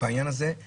בעניין הזה הוא